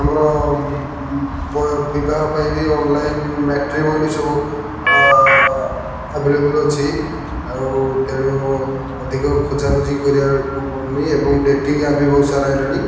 ଆମର ବିବାହ ପାଇଁ ବି ଅନ୍ଲାଇନ୍ ମ୍ୟାଟ୍ରିମନି ସବୁ ଆ ଆଭେଲେବଲ୍ ଅଛି ଆଉ ତେଣୁ ଅଧିକ ଖୋଜାଖୋଜି କରିବାକୁ ପଡ଼ୁନି ଏବଂ ଡେଟିଂ ଆପ୍ ବି ବହୁତ ସାରା ଆସିଲାଣି